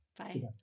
-bye